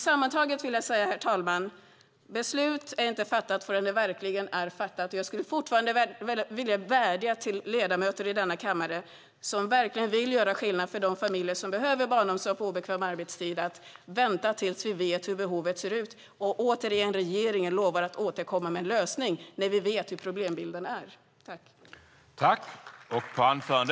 Herr talman! Beslutet är inte fattat ännu. Jag skulle fortfarande vilja vädja till ledamöter i denna kammare som verkligen vill göra skillnad för de familjer som behöver barnomsorg på obekväm arbetstid att vänta tills vi vet hur behovet ser ut. Återigen: Regeringen lovar att återkomma med en lösning när vi vet hur problembilden ser ut. I detta anförande instämde Tina Acketoft och Nina Lundström .